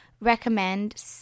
recommend